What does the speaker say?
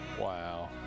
Wow